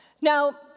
Now